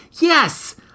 Yes